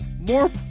more